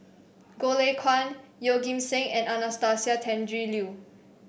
Goh Lay Kuan Yeoh Ghim Seng and Anastasia Tjendri Liew